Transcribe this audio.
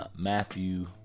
Matthew